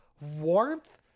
warmth